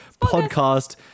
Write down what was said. podcast